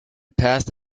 past